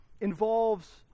involves